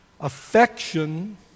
Affection